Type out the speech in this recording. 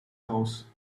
house